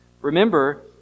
Remember